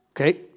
Okay